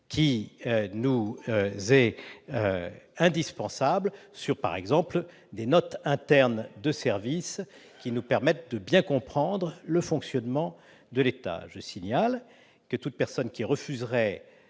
qui nous sera indispensable concernant, par exemple, des notes internes de service, utiles pour bien comprendre le fonctionnement de l'État. Je signale que toute personne qui refuserait